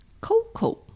Coco